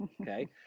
okay